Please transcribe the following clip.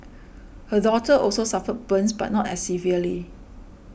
her daughter also suffered burns but not as severely